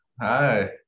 Hi